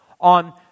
On